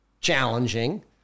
challenging